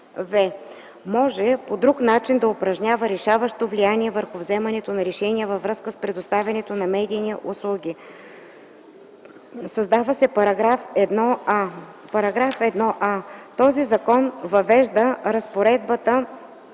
в) може по друг начин да упражнява решаващо влияние върху вземането на решения във връзка с предоставяне на медийни услуги”. 3. Създава се § 1а: „§1а. Този закон въвежда разпоредбите